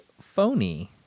phony